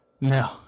No